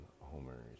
Homer's